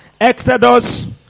Exodus